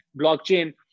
blockchain